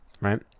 right